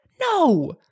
No